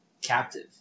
Captive